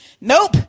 Nope